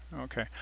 okay